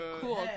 cool